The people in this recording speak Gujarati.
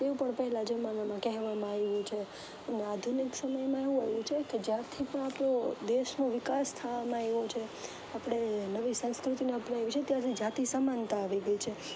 તેવું પણ પહેલા જમાનામાં કહેવામાં આવ્યું છે અને આધુનિક સમયમાં એવું આવ્યું છે કે જ્યાંથી પણ આપણે દેશનો વિકાસ થવામાં આવ્યો છે આપણે નવી સંસ્કૃતીને અપનાવી છે ત્યારથી જાતિ સમાનતા આવી ગઈ છે